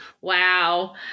Wow